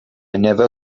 never